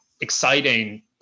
exciting